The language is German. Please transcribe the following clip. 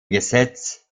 gesetz